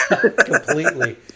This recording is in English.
completely